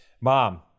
mom